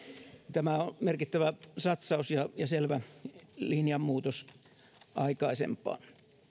tämä on merkittävä satsaus ja ja selvä linjanmuutos aikaisempaan